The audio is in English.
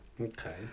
Okay